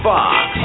Fox